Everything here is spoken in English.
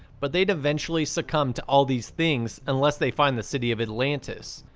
but they'd eventually succumb to all these things unless they find the city of atlantis.